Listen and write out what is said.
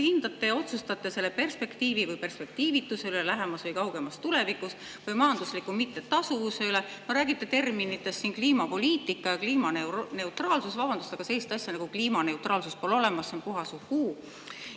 hindate ja otsustate selle perspektiivi või perspektiivituse üle lähemas või kaugemas tulevikus või majandusliku mittetasuvuse üle? Te räägite terminitest "kliimapoliitika" ja "kliimaneutraalsus". Vabandust, aga sellist asja nagu kliimaneutraalsus pole olemas! See on puhas